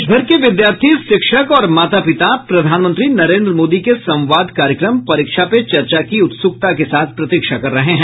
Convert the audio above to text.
देशभर के विद्यार्थी शिक्षक और माता पिता प्रधानमंत्री नरेन्द्र मोदी के संवाद कार्यक्रम परीक्षा पे चर्चा की उत्सुकता से प्रतीक्षा कर रहे हैं